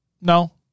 No